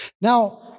Now